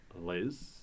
Liz